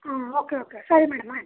ಆಂ okay okay ಸರಿ madam ಆಯಿತು